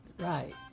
right